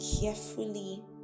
carefully